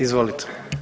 Izvolite.